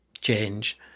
change